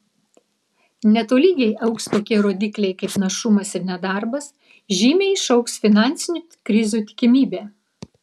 netolygiai augs tokie rodikliai kaip našumas ir nedarbas žymiai išaugs finansinių krizių tikimybė